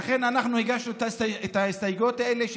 לכן אנחנו הגשנו את הסתייגויות האלה,